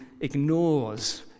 ignores